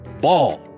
ball